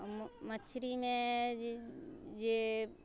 मछरीमे जे